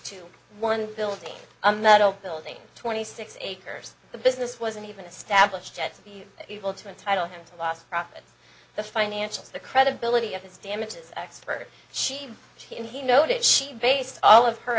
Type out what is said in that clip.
metal building twenty six acres the business wasn't even established yet to be able to entitle him to last profit the financials the credibility of his damages expert she he noted she based all of her